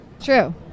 True